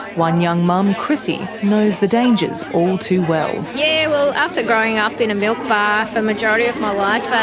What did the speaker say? one young mum, chrissy, knows the dangers all too well. yeah well, after growing up in a milk bar for the majority of my like ah